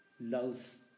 loves